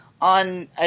On